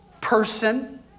person